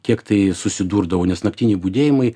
kiek tai susidurdavau nes naktiniai budėjimai